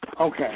Okay